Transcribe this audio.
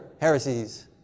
heresies